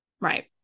right